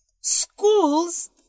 Schools